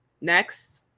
next